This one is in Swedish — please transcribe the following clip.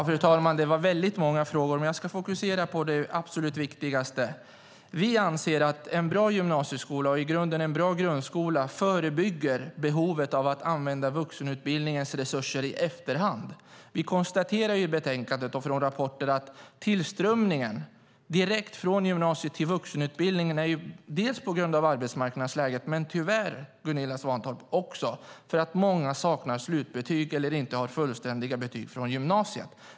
Fru talman! Det var många frågor, men jag ska fokusera på det absolut viktigaste. Vi anser att en bra gymnasieskola och en bra grundskola förebygger behovet av att använda vuxenutbildningens resurser i efterhand. Det konstateras i betänkandet och i rapporter att tillströmningen direkt från gymnasiet till vuxenutbildningen sker på grund av arbetsmarknadsläget, men tyvärr också på grund av att många saknar slutbetyg eller inte har fullständiga betyg från gymnasiet.